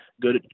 good